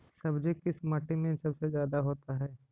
सब्जी किस माटी में सबसे ज्यादा होता है?